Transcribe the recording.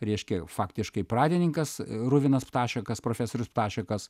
reiškia faktiškai pradininkas ruvinas ptašekas profesorius ptašekas